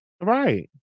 Right